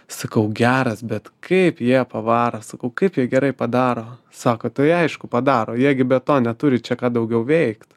sakau geras bet kaip jie pavaro sakau kaip jie gerai padaro sako tai aišku padaro jie gi be to neturi čia ką daugiau veikt